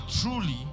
truly